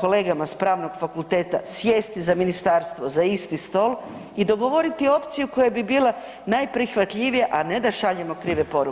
kolegama sa pravnog fakulteta sjesti, ministarstvo, za isti stol i dogovoriti opciju koja bi bila najprihvatljivija a ne da šaljemo poruke stalno?